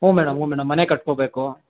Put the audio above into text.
ಹ್ಞೂ ಮೇಡಮ್ ಹ್ಞೂ ಮೇಡಮ್ ಮನೆ ಕಟ್ಕೋಬೇಕು